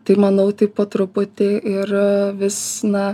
tai manau taip po truputį ir vis na